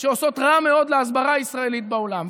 שעושות רע מאוד להסברה הישראלית בעולם.